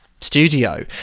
studio